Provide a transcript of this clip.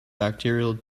bacterial